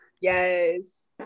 yes